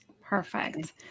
Perfect